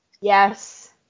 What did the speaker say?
Yes